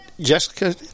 Jessica